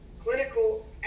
clinical